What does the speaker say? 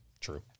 True